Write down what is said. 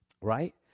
right